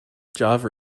java